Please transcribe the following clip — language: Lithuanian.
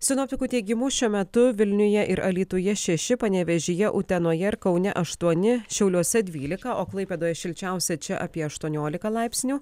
sinoptikų teigimu šiuo metu vilniuje ir alytuje šeši panevėžyje utenoje kaune aštuoni šiauliuose dvylika o klaipėdoj šilčiausia čia apie aštuoniolika laipsnių